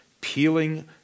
peeling